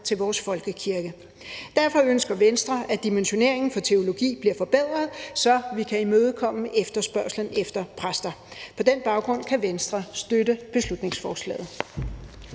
i vores folkekirke. Derfor ønsker Venstre, at dimensioneringen for teologi bliver forbedret, så vi kan imødekomme efterspørgslen efter præster. På den baggrund kan Venstre støtte beslutningsforslaget.